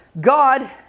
God